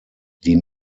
die